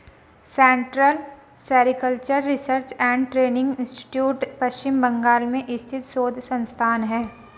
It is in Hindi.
central sericultural research and training institute Paschim Bangal में स्थित शोध संस्थान है